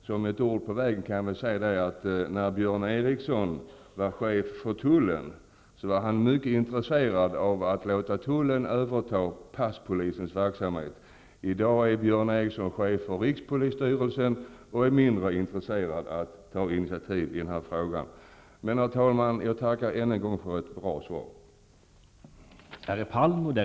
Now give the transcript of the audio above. Som ett ord på vägen kan jag väl säga att när Björn Eriksson var chef för tullen, var han mycket intresserad av att låta tullen överta passpolisens verksamhet. I dag är Björn Eriksson chef för rikspolisstyrelsen -- och är mindre intresserad av att ta initiativ i den här frågan. Herr talman! Jag tackar än en gång för ett bra svar.